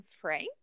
Frank